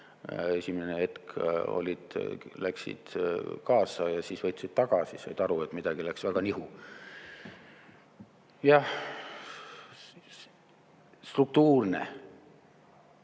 Esimene hetk nad läksid kaasa ja siis võtsid tagasi, said aru, et midagi läks nihu. Struktuurne